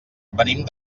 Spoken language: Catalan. venim